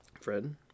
Fred